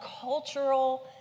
cultural